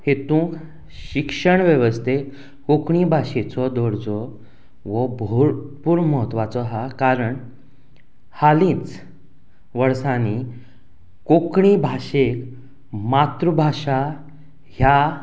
हातूंत शिक्षण वेवस्थेक कोंकणी भाशेचो दर्जो हो भरपूर म्हत्वाचो आसा कारण हालींच वर्सांनी कोंकणी भाशेक मातृभाशा ह्या